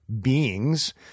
beings